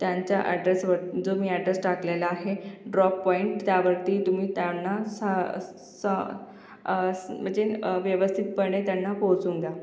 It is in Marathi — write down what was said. त्यांच्या अॅड्रेसवर जो मी अॅड्रेस टाकलेला आहे ड्रॉप पॉईंट त्यावरती तुम्ही त्यांना सा स् सं स् म्हणजे व्यवस्थितपणे त्यांना पोहचवून द्या